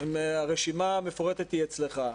הרשימה המופרטת אצלך.